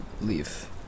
leave